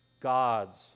God's